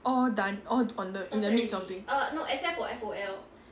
all done all on the in the midst of doing